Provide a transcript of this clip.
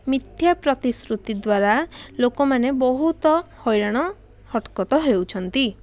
ମିଥ୍ୟା ପ୍ରତିଶୃତି ଦ୍ୱାରା ଲୋକମାନେ ବହୁତ ହଇରାଣ ହରକତ ହେଉଛନ୍ତି